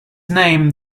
named